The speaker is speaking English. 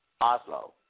Oslo